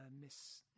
Miss